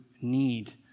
need